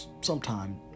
sometime